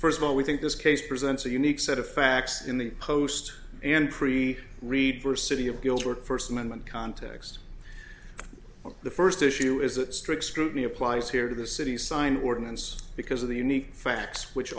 first of all we think this case presents a unique set of facts in the post and pre read for city of appeals were the first amendment context of the first issue is that strict scrutiny applies here to the city sign ordinance because of the unique facts which